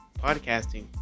podcasting